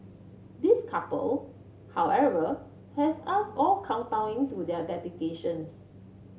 this couple however has us all kowtowing to their dedications